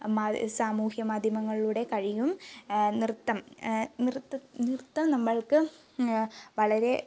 സാമൂഹ്യ മാധ്യമങ്ങളിലൂടെ കഴിയും നൃത്തം നൃത്തം നൃത്തം നമ്മൾക്ക് വളരേ